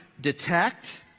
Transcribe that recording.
detect